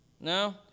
No